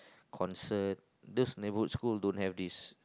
concert those neighbourhood school don't have this